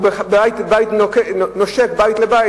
או בית נושק לבית,